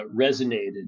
resonated